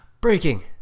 Breaking